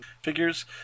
figures